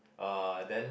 uh then